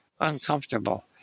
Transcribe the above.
uncomfortable